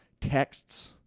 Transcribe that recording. Texts